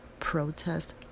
protest